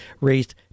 raised